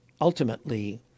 ultimately